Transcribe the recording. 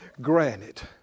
granite